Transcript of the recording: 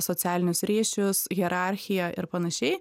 socialinius ryšius hierarchiją ir panašiai